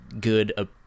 good